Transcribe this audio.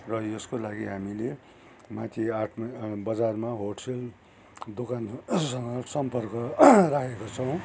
र यसको लागि हामीले माथि आठ माइल बजारमा होलसेल दोकान सँग सम्पर्क राखेको छौंँ